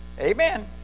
amen